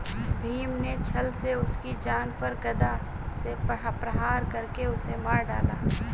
भीम ने छ्ल से उसकी जांघ पर गदा से प्रहार करके उसे मार डाला